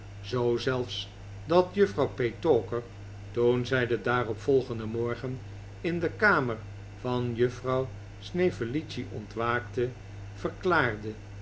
zoo zelfs dat juffrouw petowker toen zij den daaropvolgenden morgen in de kamer van juffrouw snevellicci ontwaakte verklaarde